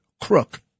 crook